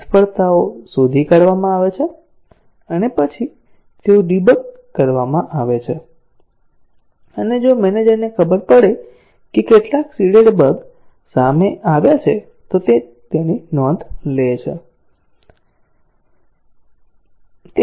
નિષ્ફળતાઓ શોધી કાવામાં આવે છે અને પછી તેઓ ડિબગ કરવામાં આવે છે અને જો મેનેજરને ખબર પડે કે કેટલાક સીડેડ બગ સામે આવ્યા છે તો તે તેની નોંધ લે છે